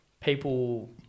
People